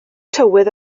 tywydd